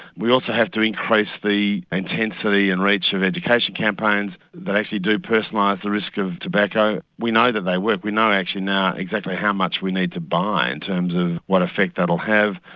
we also have to increase the intensity and reach of education campaigns that actually do personalise the risk of tobacco. we know that they work, we know actually now exactly how much we need to buy in terms of what effect that will have.